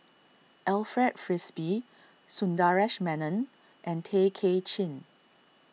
Alfred Frisby Sundaresh Menon and Tay Kay Chin